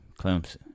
Clemson